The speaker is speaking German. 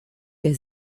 der